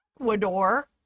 Ecuador